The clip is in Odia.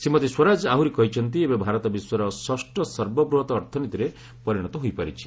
ଶ୍ରୀମତୀ ସ୍ୱରାଜ ଆହୁରି କହିଛନ୍ତି ଏବେ ଭାରତ ବିଶ୍ୱର ଷଷ୍ଠ ସର୍ବବୃହତ୍ ଅର୍ଥନୀତିରେ ପରିଣତ ହୋଇପାରିଛି